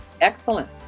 Excellent